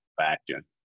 Action